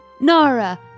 nara